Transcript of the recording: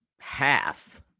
half